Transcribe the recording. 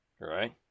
Right